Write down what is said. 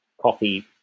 coffee